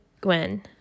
Gwen